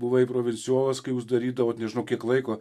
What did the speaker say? buvai provincijolas kai jūs darydavot nežinau kiek laiko